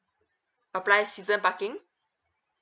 apply season parking